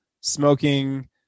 smoking